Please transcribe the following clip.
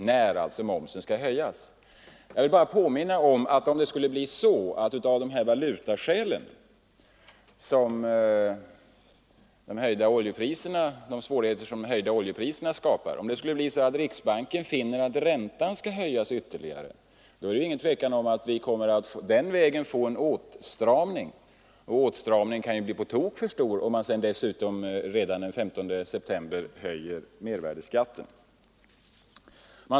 Jag vill framhålla att om riksbanken finner att räntan måste höjas ytterligare på grund av de valutaförhållanden som de höjda oljepriserna förorsakar, så är det inget tvivel om att vi den vägen kommer att få en åtstramning som kan bli på tok för stor ifall man dessutom redan den 15 september höjer mervärdeskatten.